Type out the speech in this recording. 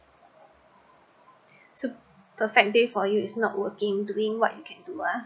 so perfect day for you is not working doing what you can do ah